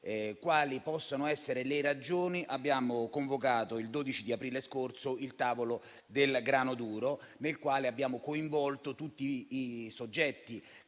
quali possano essere le ragioni, abbiamo convocato il 12 aprile scorso il tavolo del grano duro, nel quale abbiamo coinvolto tutti i soggetti